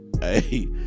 Hey